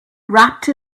wrapped